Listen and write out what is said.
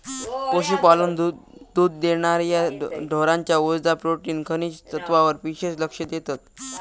पशुपालक दुध देणार्या ढोरांच्या उर्जा, प्रोटीन, खनिज तत्त्वांवर विशेष लक्ष देतत